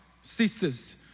sisters